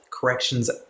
corrections